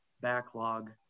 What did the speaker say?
backlog